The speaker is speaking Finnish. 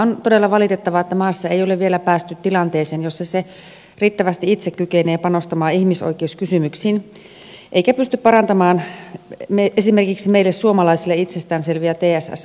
on todella valitettavaa että maassa ei ole vielä päästy tilanteeseen jossa maa riittävästi itse kykenee panostamaan ihmisoikeuskysymyksiin eikä se pysty parantamaan esimerkiksi meille suomalaisille itsestään selviä tss oikeuksia